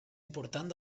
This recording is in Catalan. important